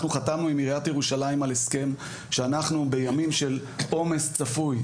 אנחנו חתמנו עם עיריית ירושלים על הסכם שאנחנו בימים של עומס צפוי,